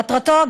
מטרתו,